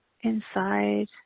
inside